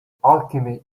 alchemy